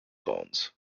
phones